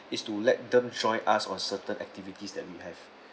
is to let them join us for certain activities that we have